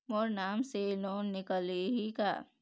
मोर नाम से लोन निकारिही का?